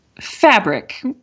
fabric